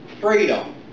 freedom